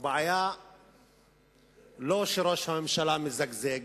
הבעיה אינה שראש הממשלה מזגזג,